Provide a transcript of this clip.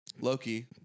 Loki